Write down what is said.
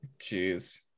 Jeez